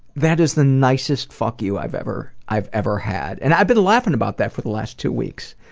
that is the nicest fuck you i've ever i've ever had. and i've been laughing about that for the last two weeks.